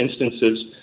instances